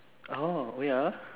oh oh yeah ah